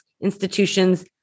institutions